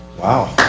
wow.